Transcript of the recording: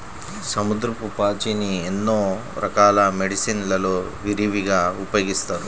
సముద్రపు పాచిని ఎన్నో రకాల మెడిసిన్ లలో విరివిగా ఉపయోగిస్తారు